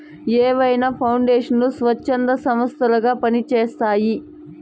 ఏవైనా పౌండేషన్లు స్వచ్ఛంద సంస్థలలాగా పని చేస్తయ్యి